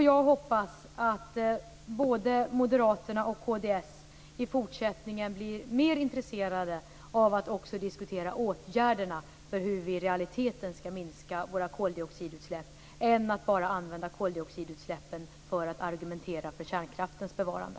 Jag hoppas att både Moderaterna och kd i fortsättningen blir mer intresserade av att också diskutera åtgärderna när det gäller att minska våra koldioxidutsläpp i realiteten och inte bara använder koldioxidutsläppen för att argumentera för kärnkraftens bevarande.